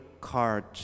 card